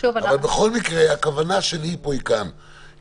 אבל בכל מקרה הכוונה שלי היא כמו שאמרתי,